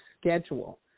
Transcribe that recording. schedule